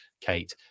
Kate